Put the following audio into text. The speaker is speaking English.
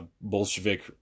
Bolshevik